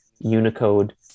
unicode